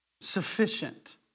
sufficient